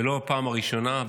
ולא בפעם הראשונה,